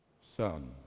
Son